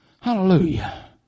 Hallelujah